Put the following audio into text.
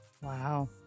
Wow